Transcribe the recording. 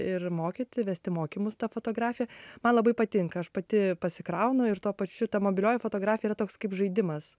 ir mokyti vesti mokymus ta fotografija man labai patinka aš pati pasikraunu ir tuo pačiu ta mobilioji fotografija yra toks kaip žaidimas